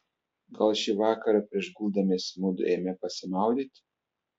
gal šį vakarą prieš guldamiesi mudu eime pasimaudyti